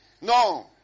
No